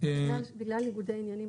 נתחיל לזלוג לפריפריה יש לנו את חוק הסיבים